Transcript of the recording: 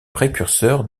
précurseurs